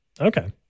Okay